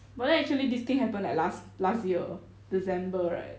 but then actually this thing happen like last last year december right